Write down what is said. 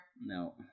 No